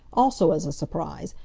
also as a surprise,